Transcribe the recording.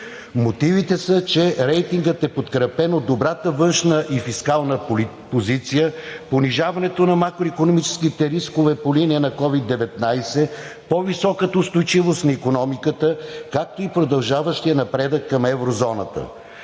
Мотивите са, че рейтингът е подкрепен от добрата външна и фискална позиция, понижаването на макроикономическите рискове по линия на COVID-19, по-високата устойчивост на икономиката, както и продължаващия напредък към Еврозоната.